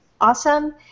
awesome